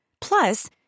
Plus